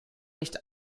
nicht